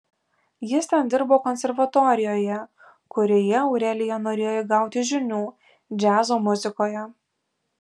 jis ten dirbo konservatorijoje kurioje aurelija norėjo įgauti žinių džiazo muzikoje